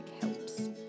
helps